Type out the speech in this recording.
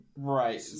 Right